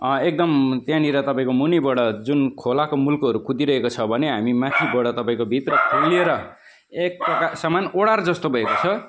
एकदम त्यहाँनेर तपाईँको मुनिबाट जुन खोलाको मुल्कोहरू कुदिरहेको छ भने हामी माथिबाट तपाईँको भित्र खोलिएर एक प्रकार समान ओढार जस्तो भएको छ